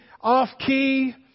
off-key